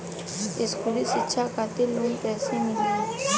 स्कूली शिक्षा खातिर लोन कैसे मिली?